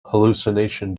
hallucination